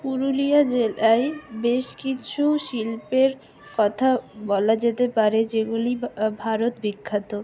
পুরুলিয়া জেলায় বেশ কিছু শিল্পের কথা বলা যেতে পারে যেগুলি ভারত বিখ্যাত